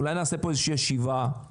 אולי נעשה פה עוד איזה ישיבה --- כן,